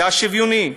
זה השוויוניות.